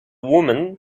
woman